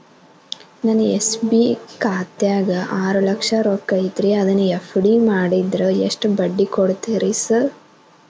ನನ್ನ ಎಸ್.ಬಿ ಖಾತ್ಯಾಗ ಆರು ಲಕ್ಷ ರೊಕ್ಕ ಐತ್ರಿ ಅದನ್ನ ಎಫ್.ಡಿ ಮಾಡಿದ್ರ ಎಷ್ಟ ಬಡ್ಡಿ ಕೊಡ್ತೇರಿ ಸರ್?